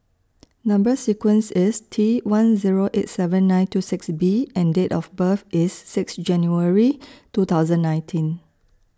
Number sequence IS T one Zero eight seven nine two six B and Date of birth IS six January two thousand nineteen